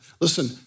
Listen